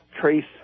trace